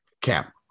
cap